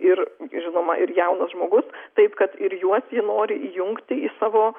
ir žinoma ir jaunas žmogus taip kad ir juos ji nori įjungti į savo